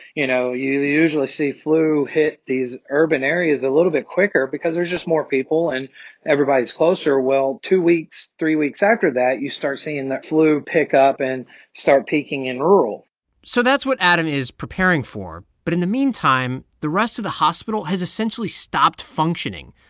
you know, you usually see flu hit these urban areas a little bit quicker because there's just more people, and everybody's closer. well, two weeks, three weeks after that, you start seeing that flu pick up and start peaking in rural so that's what adam is preparing for. but in the meantime, meantime, the rest of the hospital has essentially stopped functioning.